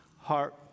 heart